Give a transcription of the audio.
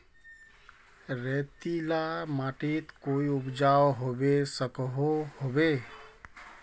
रेतीला माटित कोई उपजाऊ होबे सकोहो होबे?